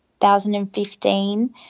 2015